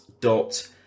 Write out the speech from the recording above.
dot